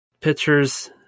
Pictures